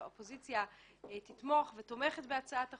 האופוזיציה תומכת בהצעת החוק,